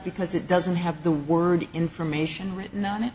because it doesn't have the word information written on it